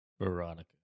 Veronica